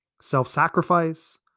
Self-sacrifice